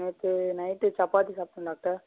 நேற்று நைட்டு சப்பாத்தி சாப்பிட்டன் டாக்டர்